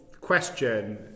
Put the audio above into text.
question